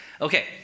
Okay